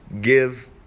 give